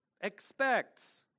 expects